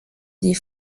des